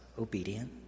obedient